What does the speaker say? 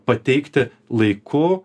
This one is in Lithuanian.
pateikti laiku